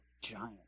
Giant